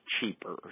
cheaper